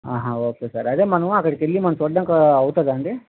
okay sir అదే మనము అక్కడికెళ్ళి మనం చూడ్డానికి అవుతాయి అండి